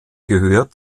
gehört